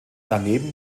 daneben